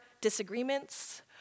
disagreements